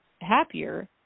happier